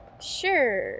Sure